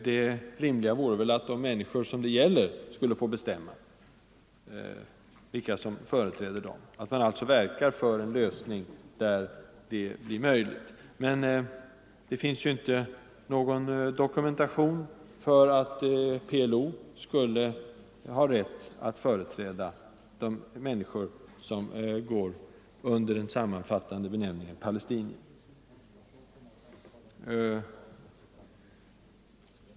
Det rimliga vore väl att man verkar för en lösning som innebär att de människor som det gäller skulle få bestämma vilka som skall företräda dem. Det finns ju inte någon dokumentation för att PLO skulle ha rätt att företräda de grupper som går under den sammanfattande benämningen palestinier.